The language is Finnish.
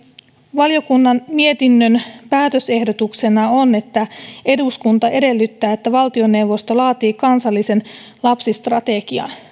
valiokunnan mietinnön päätösehdotuksena on että eduskunta edellyttää että valtioneuvosto laatii kansallisen lapsistrategian